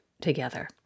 together